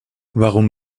warum